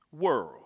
world